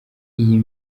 iyi